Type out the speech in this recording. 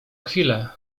chwilę